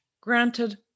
Granted